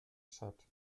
tschad